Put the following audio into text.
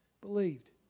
believed